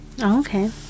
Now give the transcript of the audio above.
okay